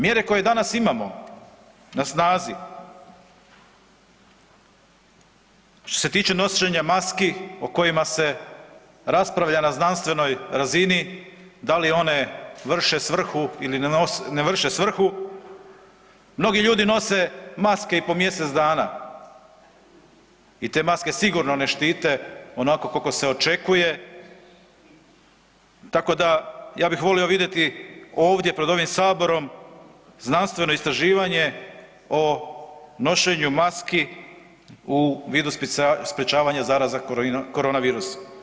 Mjere koje danas imamo na snazi, što se tiče nošenja maski o kojima se raspravlja na znanstvenoj razini, da li one vrše svrhu ili ne vrše svrhu, mnogi ljudi nose maske i po mjesec dana i te maske sigurno ne štite onako kako se očekuje, tako da, ja bih volio vidjeti ovdje pred ovim Saborom znanstveno istraživanje o nošenju maski u vidu sprječavanja zaraze koronavirusom.